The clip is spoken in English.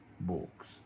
books